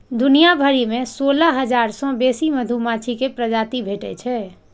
दुनिया भरि मे सोलह हजार सं बेसी मधुमाछी के प्रजाति भेटै छै